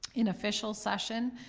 in official session,